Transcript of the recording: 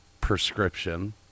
prescription